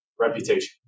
reputation